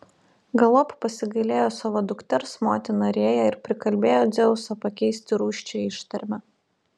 galop pasigailėjo savo dukters motina rėja ir prikalbėjo dzeusą pakeisti rūsčią ištarmę